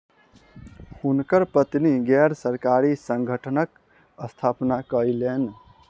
हुनकर पत्नी गैर सरकारी संगठनक स्थापना कयलैन